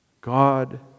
God